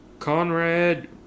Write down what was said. Conrad